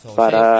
para